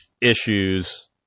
issues